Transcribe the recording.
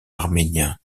arménien